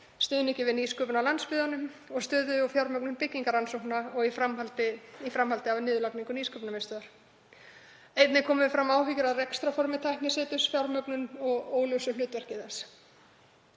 stuðningi við nýsköpun á landsbyggðunum og stöðu og fjármögnun byggingarrannsókna í framhaldi af niðurlagningu Nýsköpunarmiðstöðvar. Einnig komu fram áhyggjur af rekstrarformi tækniseturs, fjármögnun og óljósu hlutverki þess.